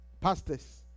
pastors